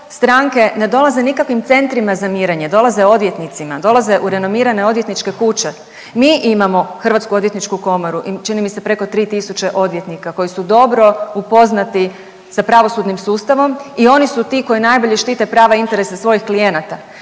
stranke ne dolaze nikakvim centrima za mirenje, dolaze odvjetnicima, dolaze u renomirane odvjetničke kuće. Mi imamo Hrvatsku odvjetničku komoru, čini mi se, preko 3000 odvjetnika koji su dobro upoznati sa pravosudnim sustavom i oni su ti koji najbolje štite prava i interese svojih klijenata.